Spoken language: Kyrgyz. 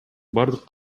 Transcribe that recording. бардык